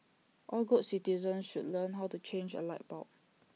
all good citizens should learn how to change A light bulb